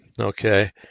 okay